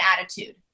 attitude